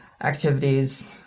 activities